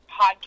podcast